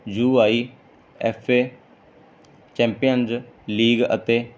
you I F A champions league ਅਤੇ